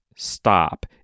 stop